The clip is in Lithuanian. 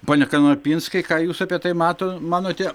pone kanapinskai ką jūs apie tai mato manote